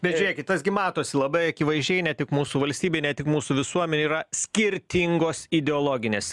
bet žiūrėkit tas gi matosi labai akivaizdžiai ne tik mūsų valstybėj ne tik mūsų visuomenėj yra skirtingos ideologinės